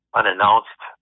unannounced